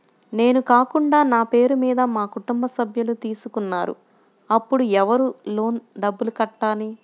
నేను కాకుండా నా పేరు మీద మా కుటుంబ సభ్యులు తీసుకున్నారు అప్పుడు ఎవరు లోన్ డబ్బులు కట్టాలి?